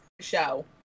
show